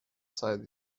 sighed